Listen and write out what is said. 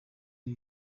ibi